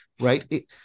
right